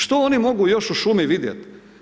Što oni mogu još u šumi vidjet?